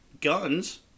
guns